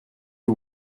que